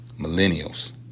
millennials